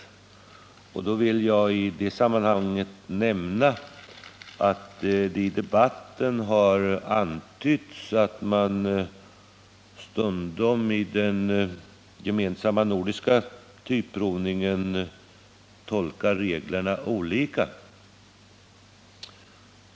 I det sammanhanget vill jag nämna att det i debatten har antytts att man stundom i den gemensamma nordiska typprovningen tolkar reglerna olika.